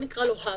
בואו נקרא לו Hub